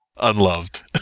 Unloved